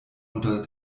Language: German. unter